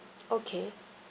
okay